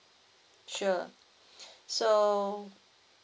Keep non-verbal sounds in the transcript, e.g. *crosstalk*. sure *breath* so